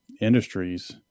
industries